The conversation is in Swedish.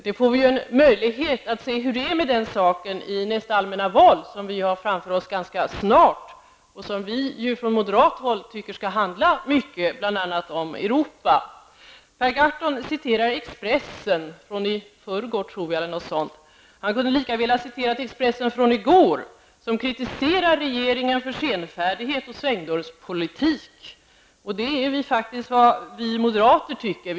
Vi får en möjlighet att se hur det är med den saken i nästa allmänna val, som vi ju ganska snart har framför oss, och som vi från moderat håll anser skall handla mycket om Europa. Per Gahrton citerar Expressen, jag tror det var den från i förrgår. Han kunde lika väl ha citerat från gårdagens Expressen där man kritiserade regeringen för senfärdighet och svängdörrspolitik. Det är faktiskt vad vi moderater anser.